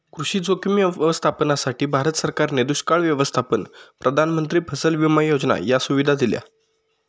कृषी जोखीम व्यवस्थापनासाठी, भारत सरकारने दुष्काळ व्यवस्थापन, प्रधानमंत्री फसल विमा योजना या सुविधा दिल्या